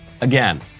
again